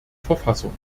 verfassung